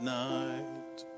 night